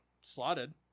slotted